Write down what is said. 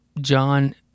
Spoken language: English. John